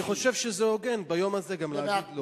אני חושב שזה הוגן ביום הזה גם להגיד לו.